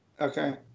Okay